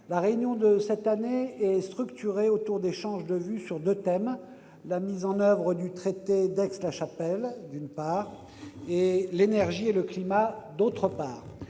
La réunion de cette année est structurée autour d'échanges de vues sur deux thèmes : la mise en oeuvre du traité d'Aix-la-Chapelle, d'une part, et l'énergie et le climat, d'autre part.